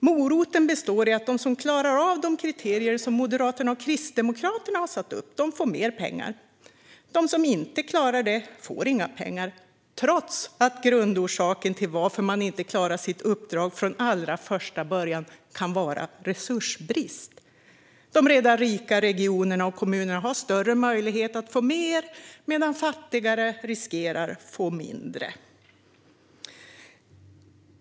Moroten består i att de som klarar av de kriterier som Moderaterna och Kristdemokraterna har satt upp får mer pengar. De som inte klarar det får inga pengar, trots att grundorsaken till att man inte klarar av sitt uppdrag från allra första början kan vara resursbrist. De redan rika regionerna och kommunerna har större möjlighet att få mer medan de fattigare riskerar att få mindre.